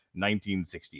1968